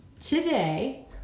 today